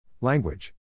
Language